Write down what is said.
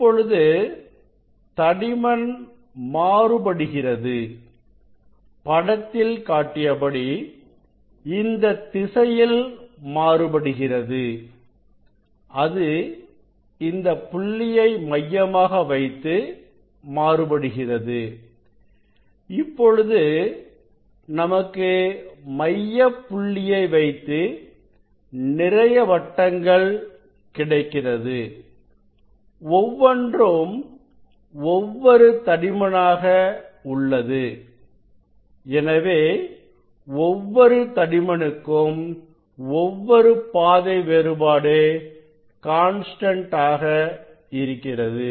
இப்பொழுது தடிமன் மாறுபடுகிறது படத்தில் காட்டியபடி இந்தத் திசையில் மாறுபடுகிறது அது இந்த புள்ளியை மையமாக வைத்து மாறுபடுகிறது இப்பொழுது நமக்கு மையப் புள்ளியை வைத்து நிறைய வட்டங்கள் கிடைக்கிறது ஒவ்வொன்றும் ஒவ்வொரு தடிமனாக உள்ளது எனவே ஒவ்வொரு தடிமனுக்கும் ஒவ்வொரு பாதை வேறுபாடு கான்ஸ்டன்ட் ஆக இருக்கிறது